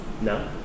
No